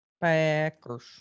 Packers